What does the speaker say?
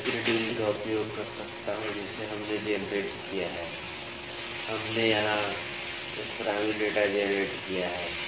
मैं उसी रीडिंग का उपयोग कर सकता हूं जिसे हमने जेनरेट किया है हमने यहां एक प्राइमरी डेटा जेनरेट किया है